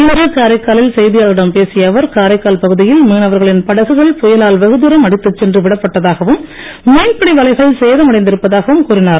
இன்று காரைக்காலில் செய்தியாளர்களிடம் பேசிய அவர் காரைக்கால் பகுதியில் மீனவர்களின் படகுகள் புயலால் வெகுதூரம் அடித்துச்சென்று மீன்பிடி வலைகள் சேதம் அடைந்திருப்பதாகவும் கூறினார்